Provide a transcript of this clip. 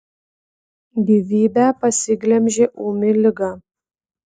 gyvybę pasiglemžė ūmi liga